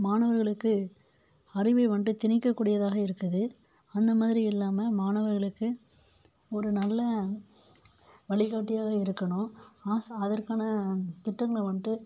மாணவர்களுக்கு அறிவை வந்ட்டு திணிக்கக்கூடியதாக இருக்குது அந்த மாதிரி இல்லாமல் மாணவர்களுக்கு ஒரு நல்ல வழிகாட்டியாக இருக்கணும் ஆஷா அதற்கான திட்டங்கள் வந்ட்டு